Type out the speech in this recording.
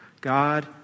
God